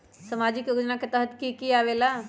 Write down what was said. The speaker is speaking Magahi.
समाजिक योजना के तहद कि की आवे ला?